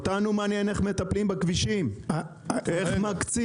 ואותנו מעניין איך מטפלים בכבישים ואיך מקצים.